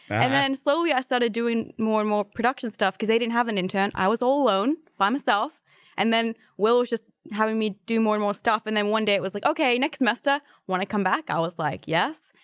and then slowly i started doing more and more production stuff because they didn't have an intern i was all alone by myself and then will was just having me do more and more stuff and then one day it was like okay next musta want to come back i was like yes,